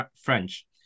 French